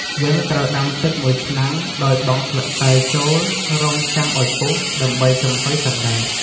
យើងត្រូវដាំទឹកមួយឆ្នាំង ដោយបង់ស្លឹកតើយចូល រង់ចាំឱ្យពុះ ដើម្បីចំហុយសណ្ដែក។